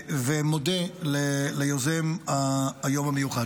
ומודה ליוזם היום המיוחד.